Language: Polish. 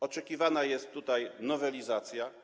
Oczekiwana jest tutaj nowelizacja.